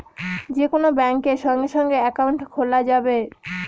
যে কোন ব্যাঙ্কে সঙ্গে সঙ্গে একাউন্ট খোলা যাবে